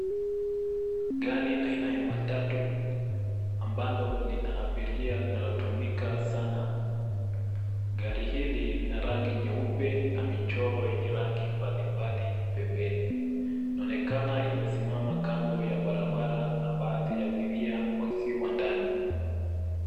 Gari aina ya matatu ambalo lina abiria linalotumika sana. Gari hili lina rangi nyeupe na michoro yenye rangi mbalimbali pembeni. Inaonekana imesimama kando ya barabara na baadhi ya abiria wakiwa ndani.